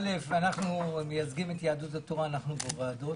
א', אנחנו מייצגים את יהדות התורה ואנחנו בוועדות.